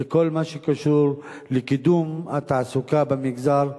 זה כל מה שקשור לקידום התעסוקה במגזר,